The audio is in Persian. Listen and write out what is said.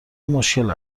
مشکل